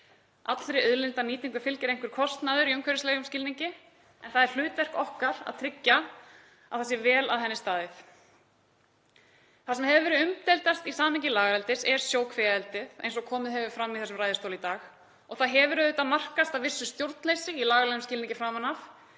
Allri auðlindanýtingu fylgir einhver kostnaður í umhverfislegum skilningi en það er hlutverk okkar að tryggja að það sé vel að henni staðið. Það sem hefur verið umdeildast í samhengi lagareldis er sjókvíaeldið eins og komið hefur fram í þessum ræðustóli í dag og það hefur auðvitað markast af vissu stjórnleysi í lagalegum skilningi framan af.